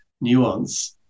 nuance